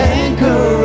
anchor